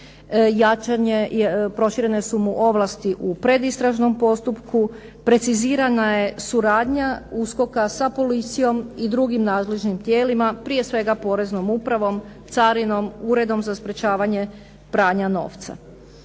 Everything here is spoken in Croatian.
jačanje, proširene su mu ovlasti u predistražnom postupku, precizirana je suradnja USKOK-a sa policijom i drugim nadležnim tijelima, prije svega poreznom upravom, carinom, uredom za sprječavanje pranja novca.